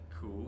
Cool